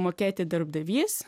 mokėti darbdavys